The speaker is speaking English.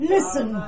Listen